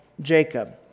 Jacob